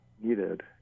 needed